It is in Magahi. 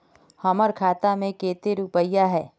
हमर खाता में केते रुपया है?